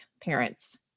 parents